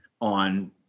on